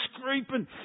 scraping